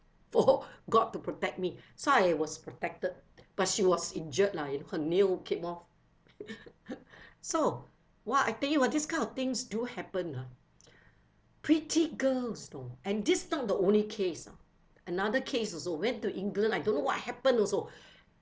for god to protect me so I was protected but she was injured lah you know her nail came off so !wah! I tell you ah this kind of things do happen ah pretty girls you know and this not the only case you know another case also went to england I don't know what happen also